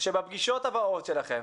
שבפגישות הבאות שלכם